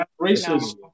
racist